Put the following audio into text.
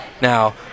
Now